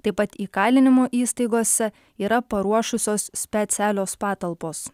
taip pat įkalinimo įstaigose yra paruošusios specialios patalpos